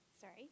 Sorry